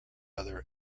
other